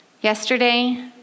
yesterday